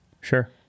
Sure